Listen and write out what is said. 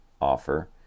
offer